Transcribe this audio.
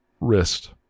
wrist